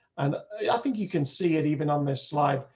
and i think you can see it even on this slide.